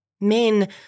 Men